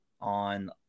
on